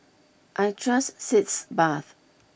I trust sitz bath